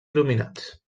il·luminats